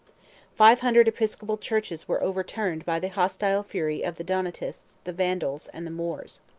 five hundred episcopal churches were overturned by the hostile fury of the donatists, the vandals, and the moors.